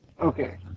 Okay